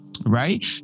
Right